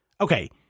Okay